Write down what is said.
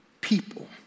people